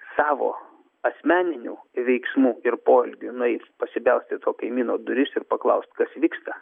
savo asmeninių veiksmų ir poelgių nueit pasibelst į to kaimyno duris ir paklaust kas vyksta